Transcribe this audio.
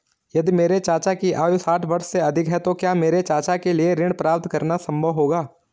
यदि मेरे चाचा की आयु साठ वर्ष से अधिक है तो क्या मेरे चाचा के लिए ऋण प्राप्त करना संभव होगा?